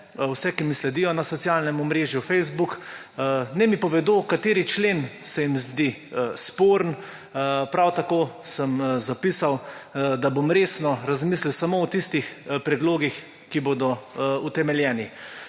vse, ki mi sledijo na socialnem omrežju Facebook, naj mi povedo, kateri člen se jim zdi sporen, prav tako sem zapisal, da bom resno razmislil samo o tistih predlogih, ki bodo utemeljeni.